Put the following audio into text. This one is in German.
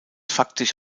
faktisch